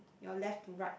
your left to right